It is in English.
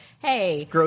Hey